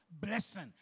blessing